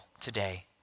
today